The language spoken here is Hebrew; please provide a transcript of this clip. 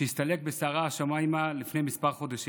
שהסתלק בסערה השמיימה לפני חודשים מספר.